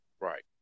Right